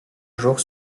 jour